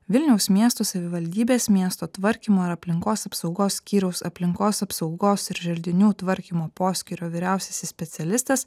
vilniaus miesto savivaldybės miesto tvarkymo ir aplinkos apsaugos skyriaus aplinkos apsaugos ir želdinių tvarkymo poskyrio vyriausiasis specialistas